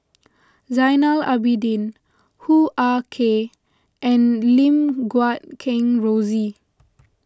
Zainal Abidin Hoo Ah Kay and Lim Guat Kheng Rosie